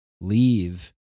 leave